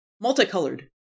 Multicolored